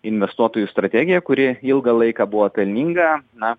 investuotojų strategija kuri ilgą laiką buvo pelninga na